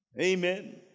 Amen